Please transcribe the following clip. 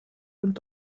und